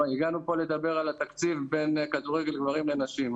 והגענו פה לדבר על התקציב בין כדורגל גברים לנשים.